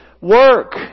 work